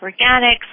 organics